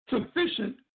Sufficient